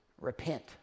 Repent